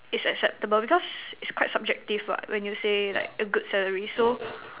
it's acceptable because it's quite subjective what when you say like a good salary so